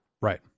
Right